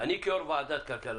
אני כיו"ר ועדת כלכלה,